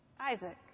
Isaac